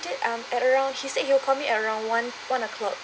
um at around he said he will call me around one one o'clock